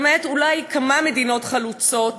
למעט אולי כמה מדינות חלוצות,